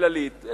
כללית.